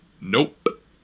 Nope